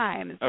Okay